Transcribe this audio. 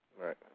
Right